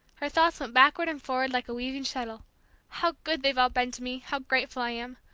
her thoughts went backward and forward like a weaving shuttle how good they've all been to me! how grateful i am!